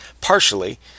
partially